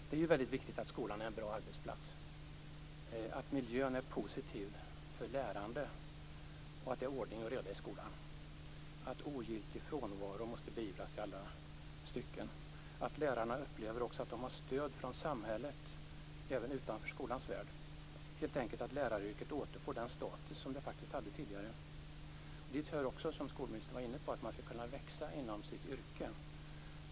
Det är väldigt viktigt att skolan är en bra arbetsplats, att miljön är positiv för lärande och att det är ordning och reda i skolan, att ogiltig frånvaro beivras, att lärarna upplever att de har stöd från samhället även utanför skolans värld. Helt enkelt handlar det om att läraryrket återfår den status som den faktiskt hade tidigare. Dit hör också, något som skolministern var inne på, att man skall kunna växa inom sitt yrke.